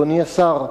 אדוני השר,